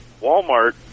Walmart